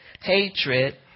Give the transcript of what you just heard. hatred